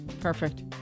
Perfect